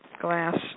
glass